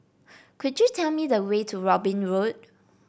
could you tell me the way to Robin Road